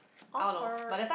awkward